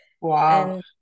Wow